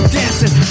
dancing